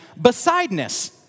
Besideness